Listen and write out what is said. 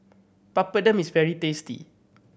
papadum is very tasty